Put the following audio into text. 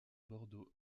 bordeaux